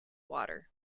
water